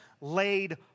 laid